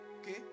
okay